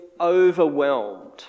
overwhelmed